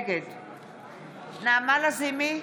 נגד נעמה לזימי,